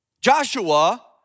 Joshua